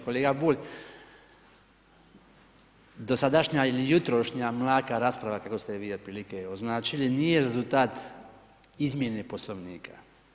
Kolega Bulj, dosadašnja ili jutrošnja mlaka rasprava, kako ste vi otprilike označili nije rezultat izmjene Poslovnika.